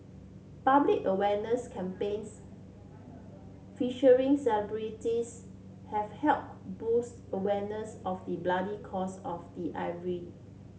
public awareness campaigns featuring celebrities have help boost awareness of the bloody cost of ivory